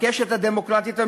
בקשת הדמוקרטית המזרחית,